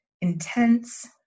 intense